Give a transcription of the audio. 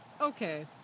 okay